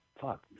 fuck